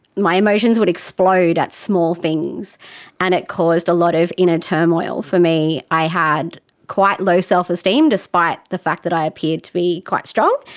my emotions would explode at small things and it caused a lot of inner turmoil for me. i had quite low self-esteem, despite the fact that i appeared to be quite strong.